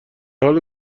حال